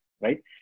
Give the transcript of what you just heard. right